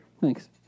Thanks